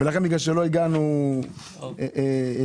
שלא הגענו למקום